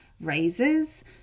raises